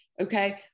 okay